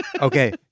Okay